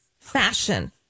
fashion